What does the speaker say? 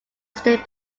state